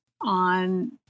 on